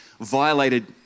violated